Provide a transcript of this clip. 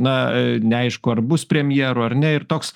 na aaa neaišku ar bus premjeru ar ne ir toks